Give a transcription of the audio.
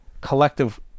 collective